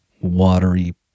watery